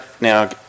now